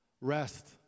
Rest